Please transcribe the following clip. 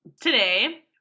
today